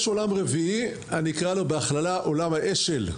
יש עולם רביעי שאני אקרא לו בהכללה עולם האש"ל,